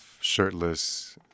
shirtless